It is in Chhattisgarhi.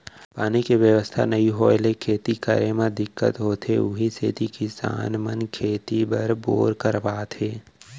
पानी के बेवस्था नइ होय ले खेती करे म दिक्कत होथे उही सेती किसान मन खेती बर बोर करवात हे